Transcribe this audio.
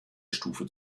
stufe